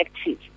active